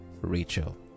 Rachel